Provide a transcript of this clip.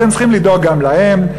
אתם צריכים לדאוג גם להם,